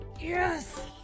Yes